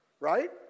Right